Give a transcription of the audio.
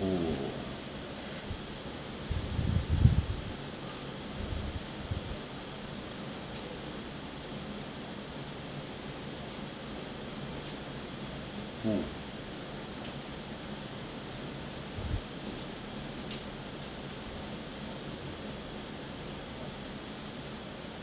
oo oo mmhmm